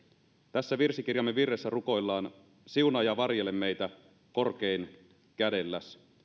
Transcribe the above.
tässä virsikirjamme virressä rukoillaan siunaa ja varjele meitä korkein kädelläs